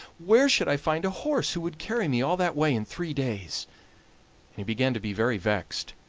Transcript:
where should i find a horse who would carry me all that way in three days? and he began to be very vexed.